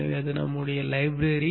எனவே அது நம்முடைய லைப்ரரி